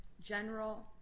general